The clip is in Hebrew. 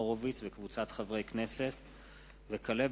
מאת חבר הכנסת ניצן הורוביץ וקבוצת חברי הכנסת,